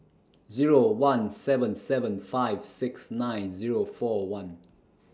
Zero one seven seven five six nine Zero four one